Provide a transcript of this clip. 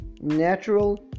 Natural